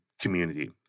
community